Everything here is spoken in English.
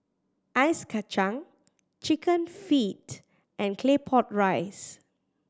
ice kacang Chicken Feet and Claypot Rice